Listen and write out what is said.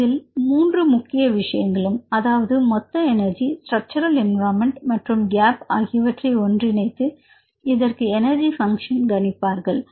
இந்த 3 முக்கிய விஷயங்களும் அதாவது மொத்த எனர்ஜி ஸ்ட்ரக்சுரல் என்விரான்மென்ட் மற்றும் கேப் ஆகியவற்றை ஒன்றிணைத்து இதற்கு எனர்ஜி பங்க்ஷன் கணிப்பார்கள்